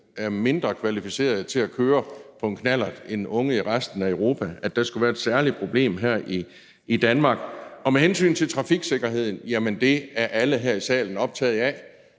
er mindre kvalificerede til at køre på en knallert end unge i resten af Europa, altså at der skulle være et særligt problem her i Danmark. Og med hensyn til trafiksikkerheden: Jamen det er alle her i salen optaget af,